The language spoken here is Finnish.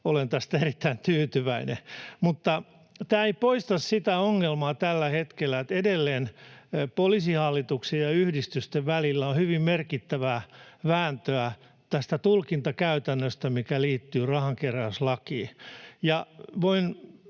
olen tästä erittäin tyytyväinen — mutta tämä ei poista sitä ongelmaa, että edelleen tällä hetkellä Poliisihallituksen ja yhdistysten välillä on hyvin merkittävää vääntöä tästä tulkintakäytännöstä, mikä liittyy rahankeräyslakiin.